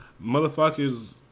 motherfuckers